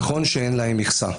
נכון שאין להם מכסה,